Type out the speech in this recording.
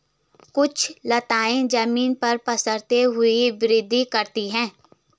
कुछ लताएं जमीन पर पसरते हुए वृद्धि करती हैं